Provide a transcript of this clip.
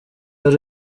ari